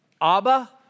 Abba